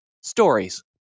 stories